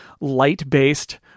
light-based